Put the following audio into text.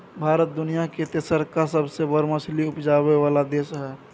भारत दुनिया के तेसरका सबसे बड़ मछली उपजाबै वाला देश हय